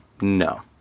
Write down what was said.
No